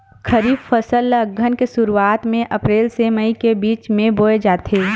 खरीफ फसल ला अघ्घन के शुरुआत में, अप्रेल से मई के बिच में बोए जाथे